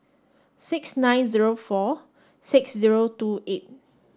six nine zero four six zero two eight